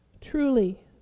Truly